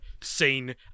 seen